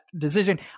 decision